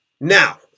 Now